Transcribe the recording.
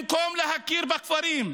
במקום להכיר בכפרים,